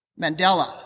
Mandela